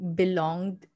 belonged